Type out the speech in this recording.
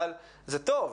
אבל זה טוב.